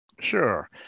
Sure